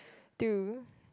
to